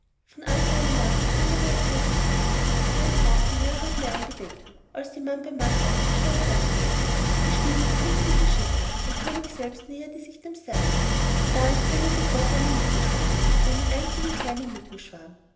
von allen seinen landen sammelte er große kriegsheere die einen raum von mehreren meilen bedeckten als sie mann bei mann aufgestellt waren sie bestiegen die künstlichen schiffe der könig selbst näherte sich dem seinen da entsendete gott einen mückenschwarm einen einzigen kleinen